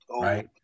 right